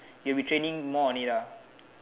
you'll be training more on it lah